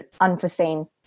Unforeseen